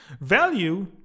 Value